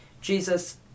Jesus